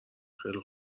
خیلی